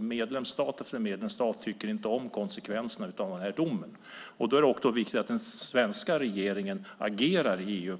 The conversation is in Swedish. I medlemsstat efter medlemsstat tycker man inte om konsekvenserna av Lavaldomen, och därför är det viktigt att den svenska regeringen agerar i EU.